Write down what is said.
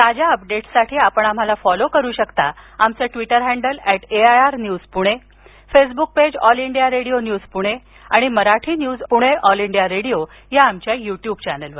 ताज्या अपडेट्ससाठी आपण आम्हाला फॉलो करू शकता आमचं Twitter handle at AIR news Pune Facebook page all India radio news Pune आणि Marathi news Pune all India radio या आमच्या युट्युब चॅनेलवर